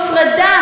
תודה.